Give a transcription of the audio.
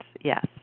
Yes